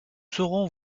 saurons